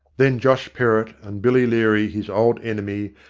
then josh perrott and billy leary, his old enemy,